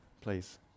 please